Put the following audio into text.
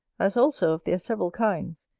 as also of their several kinds,